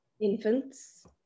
infants